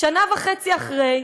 שנה וחצי אחרי,